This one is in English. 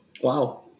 Wow